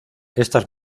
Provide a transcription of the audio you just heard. estas